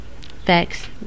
Facts